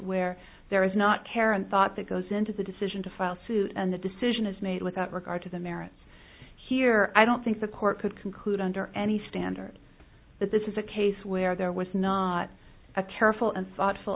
where there is not care and thought that goes into the decision to file suit and the decision is made without regard to the merits here i don't think the court could conclude under any standard that this is a case where there was not a careful and thoughtful